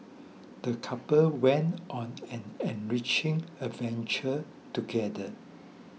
the couple went on an enriching adventure together